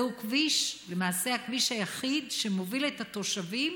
זהו הכביש היחיד שמוביל את התושבים